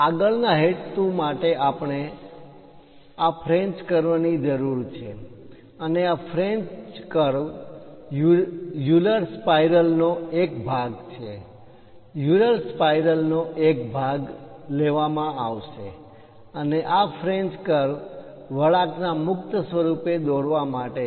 આગળનાં હેતુ માટે આપણે આ ફ્રેન્ચ કર્વ ની જરૂર છે અને આ ફ્રેન્ચ કર્વ યુલર સ્પાયરલ નો એક ભાગ છે યુલર સ્પાયલર નો એક ભાગ લેવામાં આવશે અને આ ફ્રેન્ચ કર્વ વળાંકના મુક્ત સ્વરૂપે દોરવા માટે છે